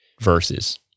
verses